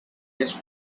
just